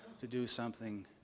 to do something